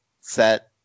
set